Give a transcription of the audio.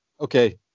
okay